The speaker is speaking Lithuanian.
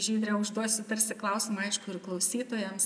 žydre užduosiu tarsi klausimą aišku ir klausytojams